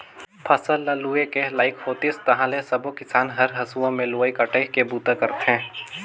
फसल ल लूए के लइक होतिस ताहाँले सबो किसान हर हंसुआ में लुवई कटई के बूता करथे